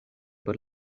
por